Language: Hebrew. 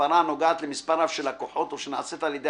הפרה הנוגעת למספר רב של לקוחות או שנעשית על ידי